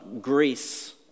Greece